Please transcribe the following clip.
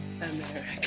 America